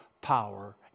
power